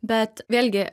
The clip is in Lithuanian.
bet vėlgi